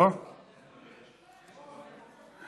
הלול (ייצור ושיווק) (תיקון מס' 17)